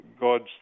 god's